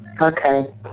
Okay